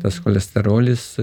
tas cholesterolis